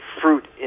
fruit